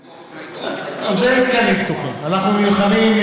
אני יכול להצביע על המקור: האיגוד.